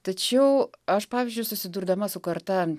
tačiau aš pavyzdžiui susidurdama su karta